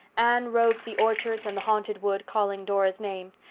anne roved the orchards and the haunted wood, calling dora's name.